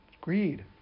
Greed